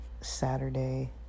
Saturday